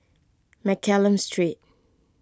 Mccallum Street